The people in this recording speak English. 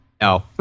No